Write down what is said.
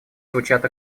звучат